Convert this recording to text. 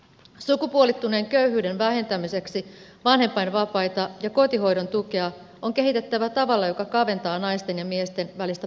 sukupuolittuneen köyhyyden vähentämiseksi vanhempainvapaita ja kotihoidon tukea on kehitettävä tavalla joka kaventaa naisten ja miesten välistä palkkakuilua